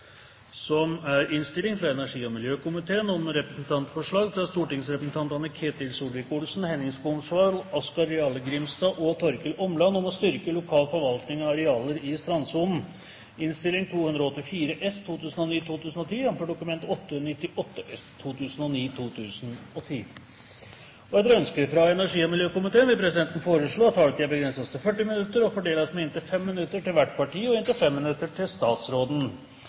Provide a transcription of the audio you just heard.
beriktiget innstilling på representantenes plasser i salen. Etter ønske fra energi- og miljøkomiteen vil presidenten foreslå at taletiden begrenses til 40 minutter og fordeles med inntil 5 minutter til hvert parti og inntil 5 minutter til statsråden.